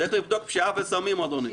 צריך לבדוק פשיעה וסמים, אדוני.